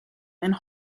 and